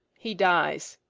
he dies.